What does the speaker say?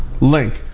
Link